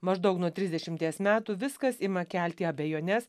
maždaug nuo trisdešimties metų viskas ima kelti abejones